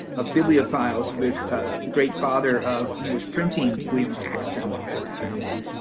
of bibliophiles with the great father of english printing, william caxton, for example,